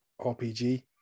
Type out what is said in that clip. RPG